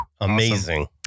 Amazing